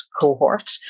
cohort